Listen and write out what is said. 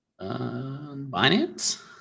Binance